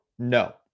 No